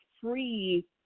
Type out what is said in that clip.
free